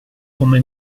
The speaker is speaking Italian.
come